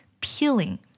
Peeling